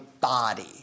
body